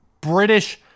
British